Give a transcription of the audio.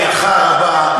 אז לידיעתך הרבה,